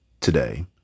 today